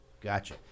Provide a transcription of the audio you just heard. gotcha